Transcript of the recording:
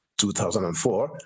2004